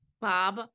Bob